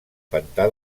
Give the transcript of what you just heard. pantà